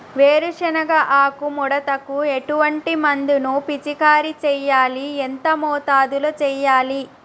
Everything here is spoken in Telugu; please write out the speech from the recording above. వేరుశెనగ ఆకు ముడతకు ఎటువంటి మందును పిచికారీ చెయ్యాలి? ఎంత మోతాదులో చెయ్యాలి?